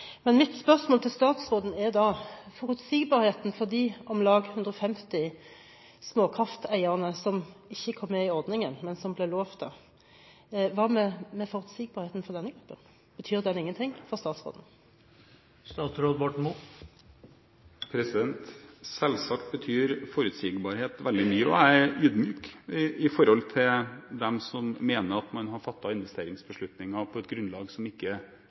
men som ble lovet det – betyr forutsigbarheten for denne gruppen ingenting for statsråden? Selvsagt betyr forutsigbarhet veldig mye. Jeg er ydmyk i forhold til dem som mener at man har fattet investeringsbeslutninger på et grunnlag som ikke